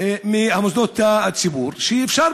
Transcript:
ממוסדות הציבור שאפשר,